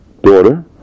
daughter